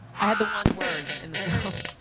i had the one word in the film.